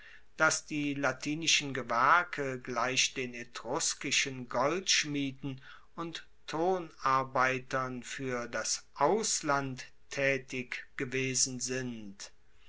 dass die latinischen gewerke gleich den etruskischen goldschmieden und tonarbeitern fuer das ausland taetig gewesen sind